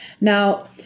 Now